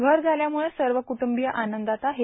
घर झाल्यामुळे सव कुटुंबीय आनंदात आहेत